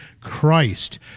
Christ